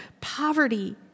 poverty